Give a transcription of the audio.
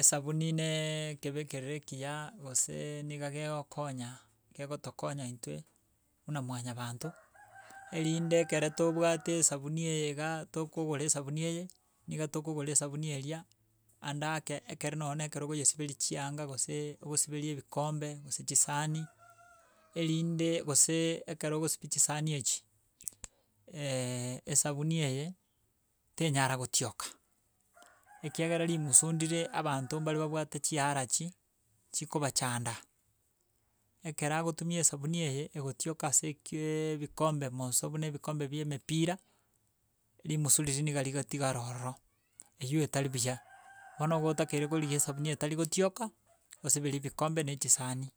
Esabuni neeee ekebekerero ekiya gose niga gegokonya kegotokonya intwe buna mwayabanto erinde ekere tobwate esabuni eye igaa tokogora esabuni eye niga tokogora esabuni eria ande ake, ekero ekero nonye na ekonyesiberi chianga gose okosiberia ebikombe gose chisaani erinde gose ekero ogosibia chisaani echi esabuni eye tenyara gotioka ekiagera rimusu ndire abanto mbare babwate chiarachi chikobachanda ekero agotumia esabuni eye egotioka ase ekieeee ebikombe more so buna ebikombe bia emepira, rimusu riria niga rigotigara ororo eywo etari buya bono igo otakeirie korigia esabuni etari gotioka osiberie ebikombe na chisaani